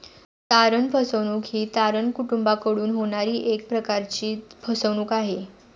तारण फसवणूक ही तारण कुटूंबाकडून होणारी एक प्रकारची फसवणूक आहे